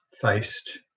faced